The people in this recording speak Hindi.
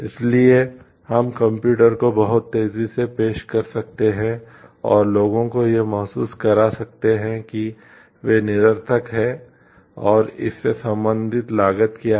इसलिए हम कंप्यूटर को बहुत तेजी से पेश कर सकते हैं और लोगों को यह महसूस करा सकते हैं कि वे निरर्थक हैं और इससे संबंधित लागत क्या है